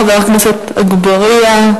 חבר הכנסת אגבאריה,